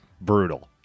brutal